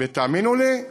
תאמינו לי,